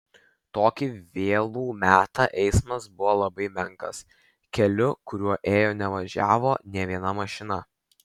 tokį vėlų metą eismas buvo labai menkas keliu kuriuo ėjo nevažiavo nė viena mašina